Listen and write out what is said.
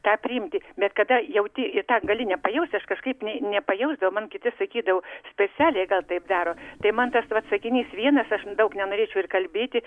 tą priimti bet kada jauti į tą gali nepajausti aš kažkaip nė nepajausdavau kiti sakydavo specialiai gal taip daro tai man tas vat sakinys vienas aš daug nenorėčiau ir kalbėti